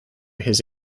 his